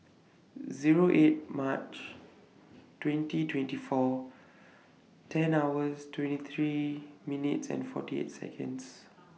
Zero eight March twenty twenty four ten hours twenty three minutes and forty eight Seconds